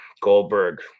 Goldberg